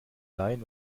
laien